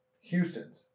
Houston's